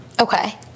Okay